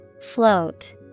Float